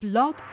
Blog